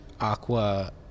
aqua